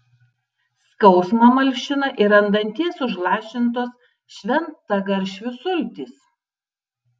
skausmą malšina ir ant danties užlašintos šventagaršvių sultys